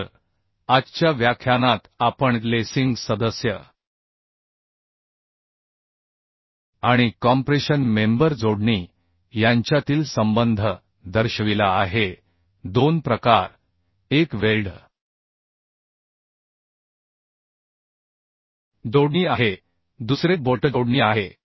तर आजच्या व्याख्यानात आपण लेसिंग सदस्य आणि कॉम्प्रेशन मेंबर जोडणी यांच्यातील संबंध दर्शविला आहे 2 प्रकार एक वेल्ड जोडणी आहे दुसरे बोल्ट जोडणी आहे